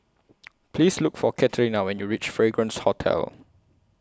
Please Look For Katerina when YOU REACH Fragrance Hotel